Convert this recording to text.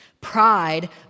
Pride